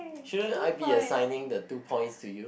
shouldn't I be assigning the two points to you